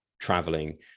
traveling